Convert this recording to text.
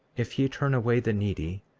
if ye turn away the needy,